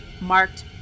marked